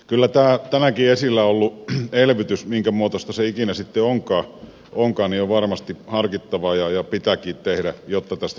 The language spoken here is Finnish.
kyllä tämä tänäänkin esillä ollut elvytys minkä muotoista se ikinä sitten onkaan on varmasti harkittavaa ja sitä pitääkin tehdä jotta tästä suosta sitten noustaan